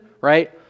right